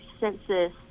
census